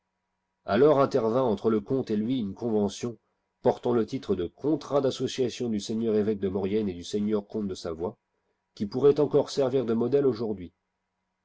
alors intervint entre le comte et lui une convention portant le titre de contract t associât im du scignetir êvêque de maurienne et du seigneur comte de savoie qui pourrait encore servir de modèle aujourd'hui